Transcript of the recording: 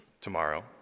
tomorrow